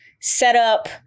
setup